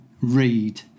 read